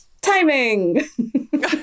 Timing